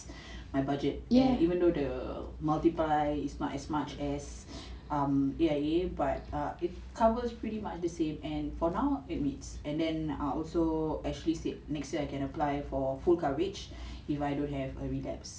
my budget and even though the multiplier is as not much as A_I_A but it covers pretty much the same and for now it meets and then and also ashley said next year I can apply for full coverage if I don't have a relapse